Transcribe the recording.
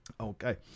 Okay